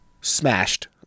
smashed